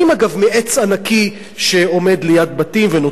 מעץ ענקי שעומד ליד בתים ונותן צל